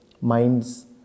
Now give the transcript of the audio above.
mind's